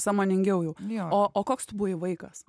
sąmoningiau jau o o koks tu buvai vaikas